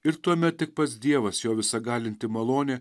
ir tuomet tik pats dievas jo visagalinti malonė